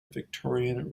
victorian